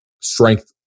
strength